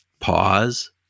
pause